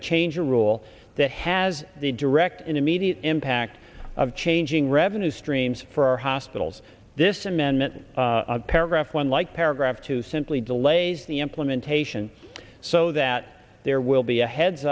to change a rule that has the direct immediate impact of changing revenue streams for our hospitals this amendment of paragraph one like paragraph two simply delays the implementation so that there will be a heads